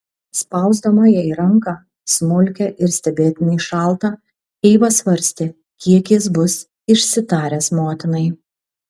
spausdama jai ranką smulkią ir stebėtinai šaltą eiva svarstė kiek jis bus išsitaręs motinai